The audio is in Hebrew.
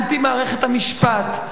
אנטי מערכת המשפט,